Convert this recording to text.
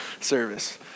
service